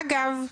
אגב,